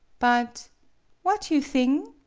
but what you thing?